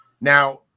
Now